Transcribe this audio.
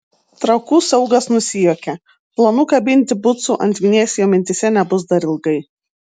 trakų saugas nusijuokė planų kabinti bucų ant vinies jo mintyse nebus dar ilgai